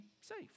safe